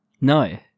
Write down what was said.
No